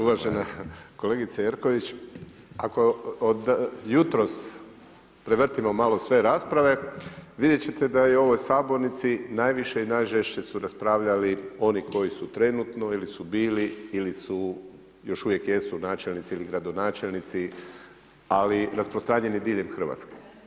Uvažena kolegice Jerković, ako od jutros prevrtimo malo sve rasprave, vidjet ćete da je u ovoj sabornici najviše i najžešće su raspravljali oni koji su trenutno ili su bili, ili još uvijek jesu načelnici ili gradonačelnici ali rasprostranjeni diljem Hrvatske.